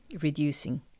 reducing